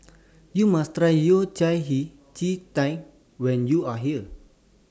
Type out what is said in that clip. YOU must Try Yao Cai Hei Ji Tang when YOU Are here